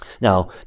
Now